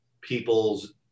people's